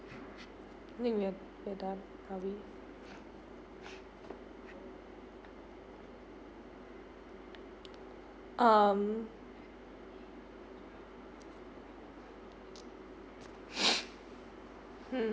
I think we're we're done are we um mm